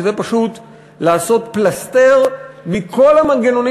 שזה פשוט לעשות פלסתר את כל המנגנונים